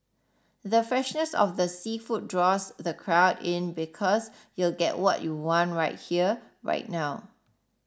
the freshness of the seafood draws the crowd in because you'll get what you want right here right now